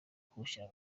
kuwushyira